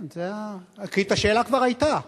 כן, זה, כי השאלה כבר היתה.